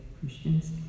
Christians